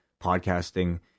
podcasting